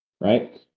right